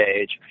age